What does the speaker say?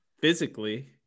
physically